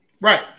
Right